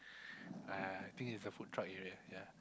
uh think is the food truck area ya